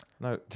No